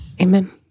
Amen